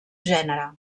gènere